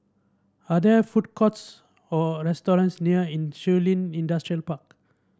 are there food courts or restaurants near Yin Shun Li Industrial Park